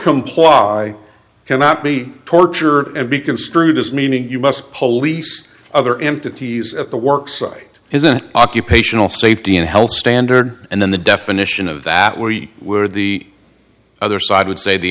comply cannot be torture and be construed as meaning you must police other entities at the work site is an occupational safety and health standard and then the definition of that we were the other side would say the